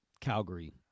Calgary